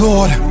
Lord